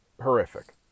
horrific